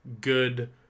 good